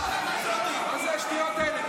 --- מה זה השטויות האלה?